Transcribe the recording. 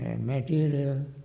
material